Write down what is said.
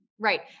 Right